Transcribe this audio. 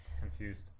confused